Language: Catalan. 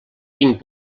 vint